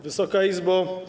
Wysoka Izbo!